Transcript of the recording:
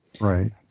right